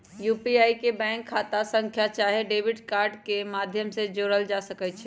UPI में bank खता के खता संख्या चाहे डेबिट कार्ड के माध्यम से जोड़ल जा सकइ छै